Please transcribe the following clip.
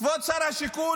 כבוד שר השיכון,